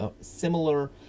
similar